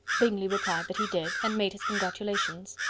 bingley replied that he did, and made his congratulations.